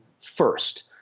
first